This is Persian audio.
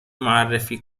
معرفی